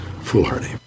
foolhardy